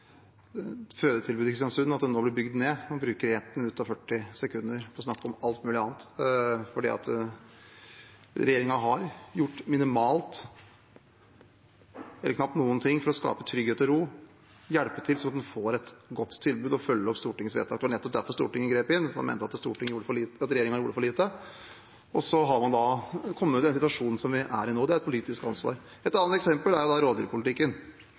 fødetilbudet i Kristiansund, at det nå blir bygd ned, og bruker ett minutt og 40 sekunder på å snakke om alt mulig annet – fordi regjeringen har gjort minimalt eller knapt noen ting for å skape trygghet og ro, hjelpe til slik at en får et godt tilbud, og følge opp Stortingets vedtak. Det var nettopp derfor Stortinget grep inn. En mente at regjeringen gjorde for lite, og så har man kommet i den situasjonen vi er i nå. Det er et politisk ansvar. Et annet eksempel er